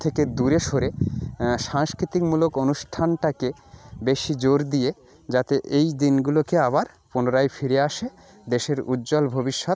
থেকে দূরে সরে সাংস্কৃতিকমূলক অনুষ্ঠানটাকে বেশি জোর দিয়ে যাতে এই দিনগুলোকে আবার পুনরায় ফিরে আসে দেশের উজ্জ্বল ভবিষ্যৎ